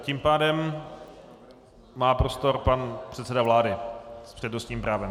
Tím pádem má prostor pan předseda vlády s přednostním právem.